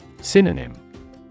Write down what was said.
Synonym